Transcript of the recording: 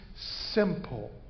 simple